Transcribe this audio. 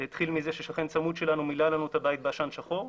זה התחיל מזה ששכן צמוד שלנו מילא לנו את הבית בעשן שחור,